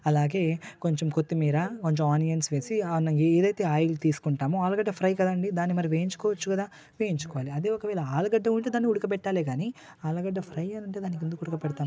అలాగే కొంచెం కొత్తిమీర కొంచెం ఆనియన్స్ వేసి ఆ ఏదైతే ఆయిల్ తీసుకుంటామో ఆలుగడ్డ ఫ్రై కదండి దాన్ని మరి వేయించుకోవచ్చు కదా వేయించుకోవాలి అదే ఒకవేల ఆలుగడ్డ ఉంటే దాన్ని ఉడకబెట్టాలే కానీ ఫ్రై అనేది దానికి ఎందుకు ఉడకబెడతాము